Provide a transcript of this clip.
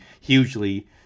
hugely